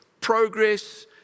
progress